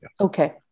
Okay